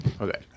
Okay